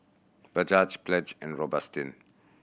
Bajaj Pledge and Robitussin